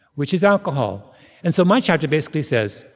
which is alcohol and so my chapter basically says,